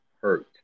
hurt